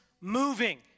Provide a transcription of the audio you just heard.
moving